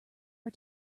are